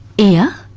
ear,